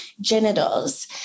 genitals